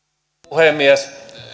puhemies